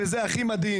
אף אחד לא לקח על זה